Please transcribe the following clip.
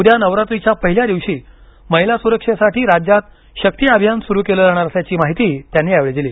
उद्या नवरात्रीच्या पहिल्या दिवशी महिला सुरक्षेसाठी राज्यात शक्ती अभियान सुरू केलं जाणार असल्याची माहितीही त्यांनी यावेळी दिली